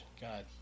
God